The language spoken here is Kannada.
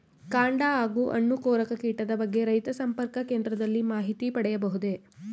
ಕಾಂಡ ಹಾಗೂ ಹಣ್ಣು ಕೊರಕ ಕೀಟದ ಬಗ್ಗೆ ರೈತ ಸಂಪರ್ಕ ಕೇಂದ್ರದಲ್ಲಿ ಮಾಹಿತಿ ಪಡೆಯಬಹುದೇ?